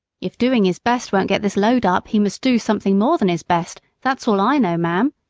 if doing his best won't get this load up he must do something more than his best that's all i know, ma'am,